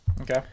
Okay